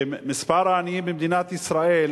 שמספר העניים במדינת ישראל